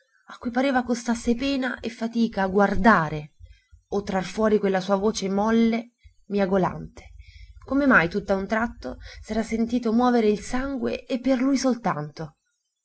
a cui pareva costasse pena e fatica guardare o trar fuori quella sua voce molle miagolante come mai tutt'a un tratto s'era sentito muovere il sangue e per lui soltanto